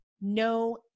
no